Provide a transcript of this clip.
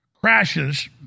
crashes